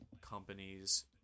companies